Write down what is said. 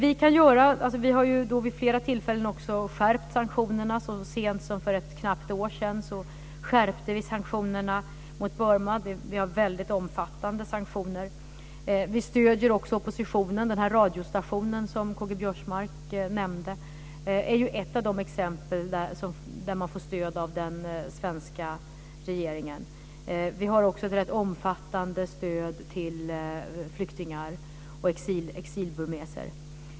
Vi har vid flera tillfällen skärpt sanktionerna. Så sent som för knappt ett år sedan skärpte vi sanktionerna mot Burma, och vi har väldigt omfattande sanktioner. Vi stöder också oppositionen. Den radiostation som K-G Biörsmark nämnde är ett av de exempel som får stöd av den svenska regeringen. Vi har också ett omfattande stöd till flyktingar och exilburmeser.